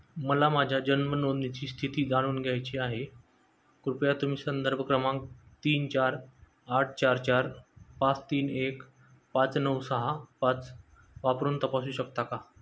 मला माझ्या जन्म नोंदणीची स्थिती जाणून घ्यायची आहे कृपया तुम्ही संदर्भ क्रमांक तीन चार आठ चार चार पाच तीन एक पाच नऊ सहा पाच वापरून तपासू शकता का